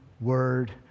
Word